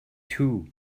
too